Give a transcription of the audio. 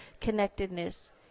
connectedness